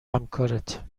همکارت